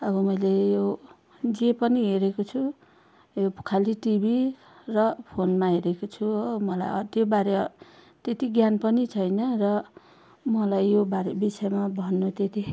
अब मैले यो जे पनि हेरेको छु यो खालि टिभी र फोनमा हेरेको छु हो मलाई त्योबारे त्यति ज्ञान पनि छैन र मलाई योबारे विषयमा भन्नु त्यति